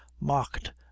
mocked